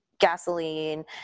gasoline